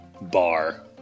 bar